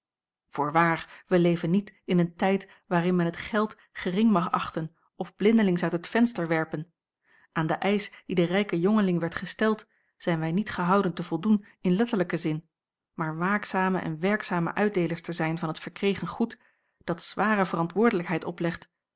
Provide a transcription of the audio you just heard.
voorwaar wij leven niet in een tijd waarin men het geld gering mag achten of blindelings uit het venster werpen aan den eisch die den rijken jongeling werd gesteld zijn wij niet gehouden te voldoen in letterlijken zin maar waakzame en werkzame uitdeelers te zijn van het verkregen goed dat zware verantwoordelijkheid oplegt